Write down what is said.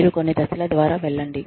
మీరు కొన్ని దశల ద్వారా వెళ్ళండి